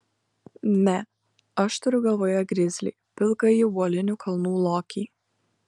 ne aš turiu galvoje grizlį pilkąjį uolinių kalnų lokį